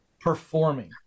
performing